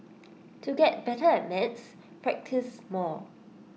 to get better at maths practice more